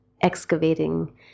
excavating